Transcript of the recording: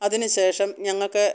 അതിനുശേഷം ഞങ്ങൾക്ക്